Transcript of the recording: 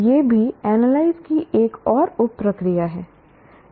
यह भी एनालाइज की एक और उप प्रक्रिया है